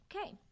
okay